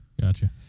Gotcha